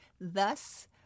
thus